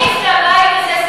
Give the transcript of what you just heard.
עדיף לבית הזה,